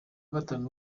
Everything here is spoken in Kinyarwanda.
gatanu